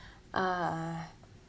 uh